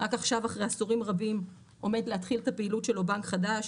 רק עכשיו אחרי עשורים רבים עומד להתחיל את הפעילות שלו בנק חדש